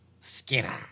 Skinner